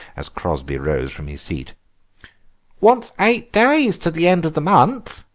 as crosby rose from his seat wants eight days to the end of the month!